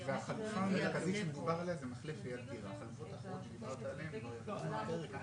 הבנויה והמטרו דורס חלקים מהמורשת הבנויה,